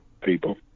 people